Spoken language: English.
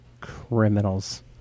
criminals